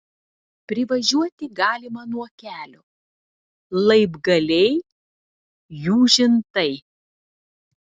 privažiuoti galima nuo kelio laibgaliai jūžintai